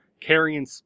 carrying